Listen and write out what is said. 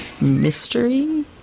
mystery